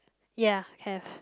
ya have